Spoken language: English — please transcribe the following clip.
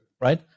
right